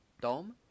Dom